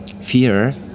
fear